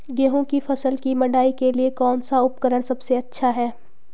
गेहूँ की फसल की मड़ाई के लिए कौन सा उपकरण सबसे अच्छा है?